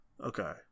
Okay